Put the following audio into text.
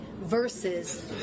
versus